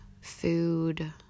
food